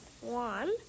one